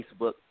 Facebook